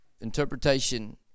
Interpretation